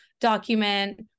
document